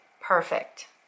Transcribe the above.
perfect